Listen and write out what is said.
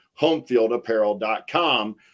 homefieldapparel.com